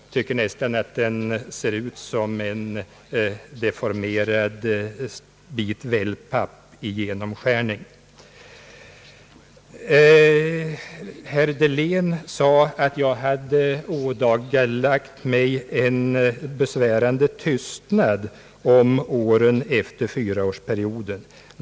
Jag tycker nästan att den ser ut som en deformerad bit wellpapp i genomskärning. Herr Dahlén sade att jag hade ådagalagt en besvärande tystnad om åren ef ter fyraårsperioden.